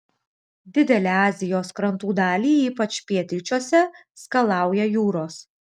didelę azijos krantų dalį ypač pietryčiuose skalauja jūros